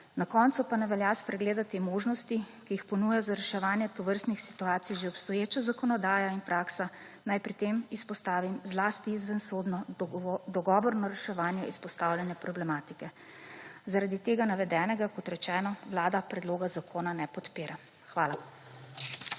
Na koncu pa ne velja spregledati možnosti, ki jih ponuja za reševanje tovrstnih situacij že obstoječa zakonodaja in praksa. Naj pri tem izpostavim zlasti izvensodno dogovorno reševanje izpostavljanja problematike. Zaradi tega navedenega, kot rečeno, Vlada predloga zakona ne podpira. Hvala.